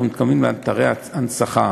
אנחנו מתכוונים לאתרי הנצחה.